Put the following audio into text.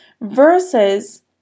versus